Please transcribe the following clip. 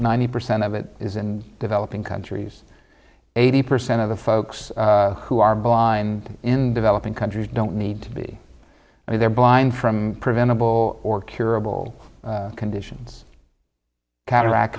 ninety percent of it is in developing countries eighty percent of the folks who are blind in developing countries don't need to be either blind from preventable or curable conditions cataract